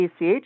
ACH